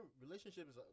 relationships